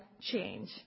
change